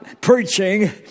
preaching